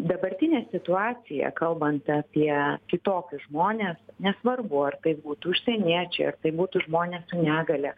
dabartinė situacija kalbant apie kitokius žmones nesvarbu ar tai būtų užsieniečiai ar tai būtų žmonės su negalia